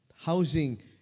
Housing